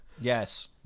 Yes